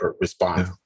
respond